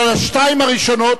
אבל השתיים הראשונות,